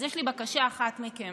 אז יש לי בקשה אחת מכם: